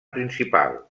principal